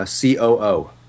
COO